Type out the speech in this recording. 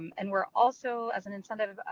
and we are also, as an incentive,